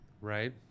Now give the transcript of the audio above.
Right